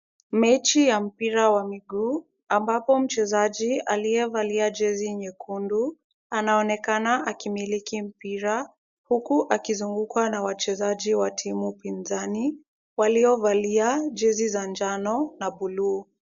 Mechi ya mpira wa miguu ambapo mchezaji aliyevalia jezi nyekundu anaonekana akimiliki mpira huku akizungukwa na wachezaji wa timu pinzani waliovalia jezi za jano na buluu.